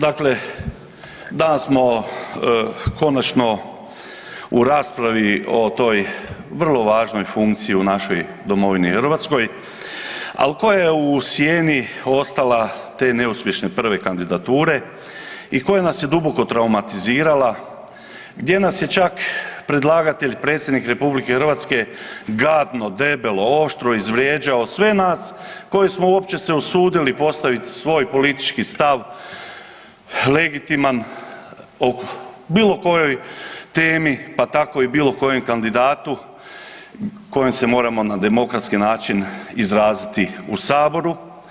Dakle, danas smo konačno u raspravi o toj vrlo važnoj funkciji u našoj domovini Hrvatskoj, ali koja je u sjeni ostala te neuspješne prve kandidature i koja nas je duboko traumatizirala gdje nas je čak predlagatelj predsjednik RH gadno, debelo, oštro izvrijeđao sve nas koji smo uopće se usudili postavit svoj politički stav legitiman o bilo kojoj temi, pa tako i bilo kojem kandidatu kojem se moramo na demokratski način izraziti u saboru.